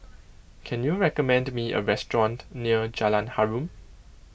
can you recommend me a restaurant near Jalan Harum